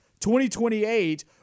2028